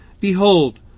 Behold